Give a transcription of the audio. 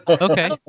Okay